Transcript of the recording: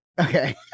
okay